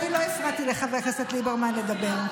אני לא הפרעתי לחבר הכנסת ליברמן לדבר.